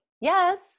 Yes